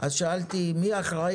אז שאלתי מי אחראי,